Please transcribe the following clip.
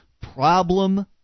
problem